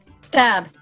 Stab